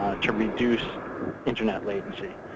ah to reduce internet latency.